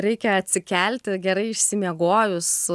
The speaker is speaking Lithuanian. reikia atsikelti gerai išsimiegojus